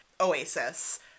Oasis